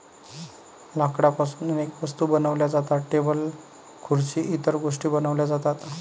लाकडापासून अनेक वस्तू बनवल्या जातात, टेबल खुर्सी इतर गोष्टीं बनवल्या जातात